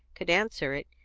could answer it,